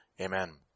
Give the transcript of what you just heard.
Amen